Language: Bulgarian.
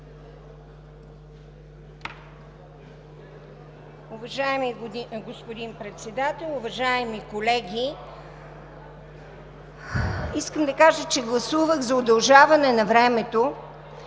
Уважаеми господин Председател, уважаеми колеги! Искам да кажа, че гласувах за удължаване на времето,